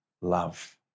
love